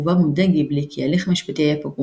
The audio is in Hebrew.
ובה מודה גיבלי כי ההליך המשפטי היה פגום